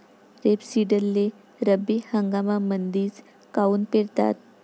रेपसीडले रब्बी हंगामामंदीच काऊन पेरतात?